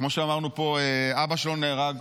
כמו שאמרנו פה, אבא שלו נהרג.